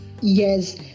Yes